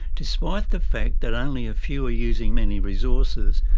despite the fact that only a few are using many resources,